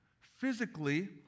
physically